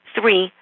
Three